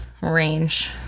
range